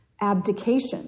abdication